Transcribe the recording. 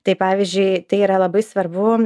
tai pavyzdžiui tai yra labai svarbu